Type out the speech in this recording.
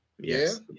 Yes